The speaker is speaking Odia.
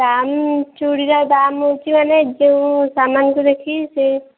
ଦାମ୍ ଚୁଡ଼ିର ଦାମ୍ ହେଉଛି ମାନେ ଯେଉଁ ସାମାନ୍କୁ ଦେଖିକି ସେ